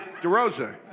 DeRosa